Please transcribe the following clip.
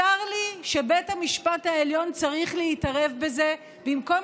צר לי שבית המשפט העליון צריך להתערב בזה במקום